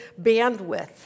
bandwidth